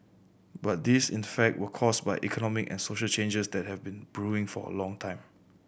but these in fact were caused by economic and social changes that have been brewing for a long time